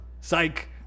Psych